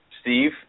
Steve